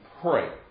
pray